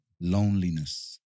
Loneliness